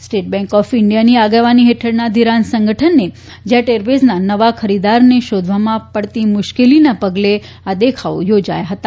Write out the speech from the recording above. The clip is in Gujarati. સ્ટેટ બેંક ઓફ ઇન્ડિયાની આગેવાની હેઠળના ધિરાણ સંગઠનને જેટ એરવેઈઝના નવા ખરીદનારને શોધવામાં પડતી મુશ્કેલીના પગલે આ દેખાવો યોજાયા હતા